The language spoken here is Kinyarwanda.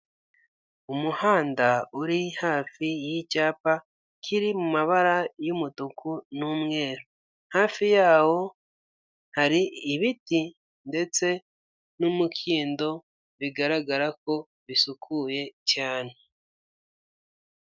Umuhanda uri hafi y'icyapa kiri mabara y'umutuku n'umweru hafi yawo hari ibiti ndetse n'umukindo bigaragara ko bisukuye cyane.